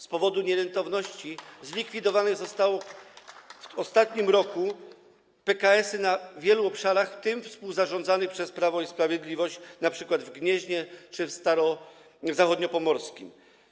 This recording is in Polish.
Z powodu nierentowności zlikwidowane zostały w ostatnim roku PKS-y na wielu obszarach, w tym współzarządzanych przez Prawo i Sprawiedliwość, np. w Gnieźnie czy w Zachodniopomorskiem.